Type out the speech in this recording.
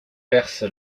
perce